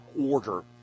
order